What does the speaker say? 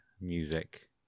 music